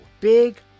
Big